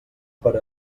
per